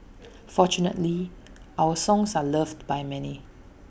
fortunately our songs are loved by many